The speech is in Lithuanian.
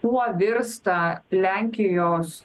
kuo virsta lenkijos